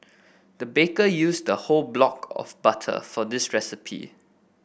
the baker used a whole block of butter for this recipe